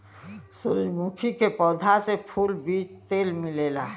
सूरजमुखी के पौधा से फूल, बीज तेल मिलेला